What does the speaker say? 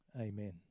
Amen